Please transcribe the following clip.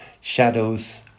shadows